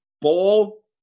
Ball